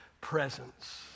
presence